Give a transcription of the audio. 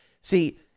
See